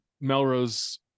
Melrose